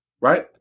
right